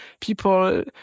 people